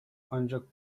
ancak